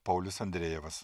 paulius andrejevas